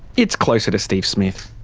it's closer to steve smith.